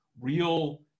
real